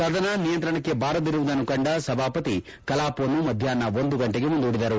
ಸದನ ನಿಯಂತ್ರಕ್ಕೆ ಬಾರದಿರುವುದನ್ನು ಕಂಡ ಸಭಾಪತಿ ಕಲಾಪವನ್ನು ಮಧ್ಯಾಷ್ನ ಒಂದು ಗಂಟೆಗೆ ಮುಂದೂಡಿದರು